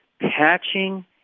Patching